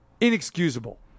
Inexcusable